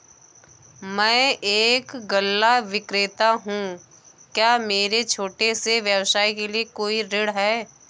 मैं एक गल्ला विक्रेता हूँ क्या मेरे छोटे से व्यवसाय के लिए कोई ऋण है?